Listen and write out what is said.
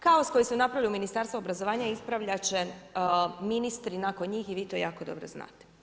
Kaos koji su napravili u Ministarstvu obrazovanja ispravljati će ministri nakon njih i vi to jako dobro znate.